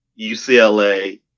UCLA